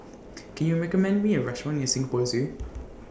Can YOU recommend Me A Restaurant near Singapore Zoo